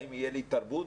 האם תהיה לי תרבות?